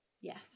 yes